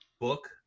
book